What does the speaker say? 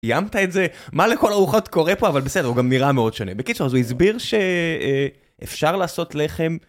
ביימת את זה? מה לכל ארוחות קורה פה? אבל בסדר, הוא גם נראה מאוד שונה. בקיצור, אז הוא הסביר שאפשר לעשות לחם...